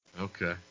Okay